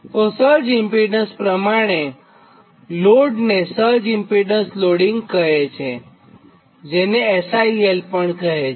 તો surge impedance પ્રમાણેનાં લોડને સર્જ ઇમ્પીડન્સ લોડીંગ SIL પણ કહે છે